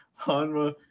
Hanma